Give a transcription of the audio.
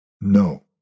No